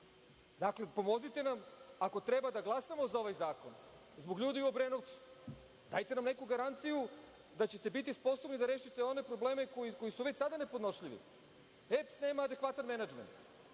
pomozite nam, ako treba da glasamo za ovaj zakon, zbog ljudi u Obrenovcu. Dajte nam neku garanciju da ćete biti sposobni da rešite one probleme koji su već sada nepodnošljivi. EPS nema adekvatan menadžment.